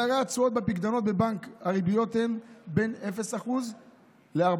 פערי התשואות: בפיקדונות בבנק הריביות הן בין 0% ל-4%